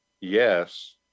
yes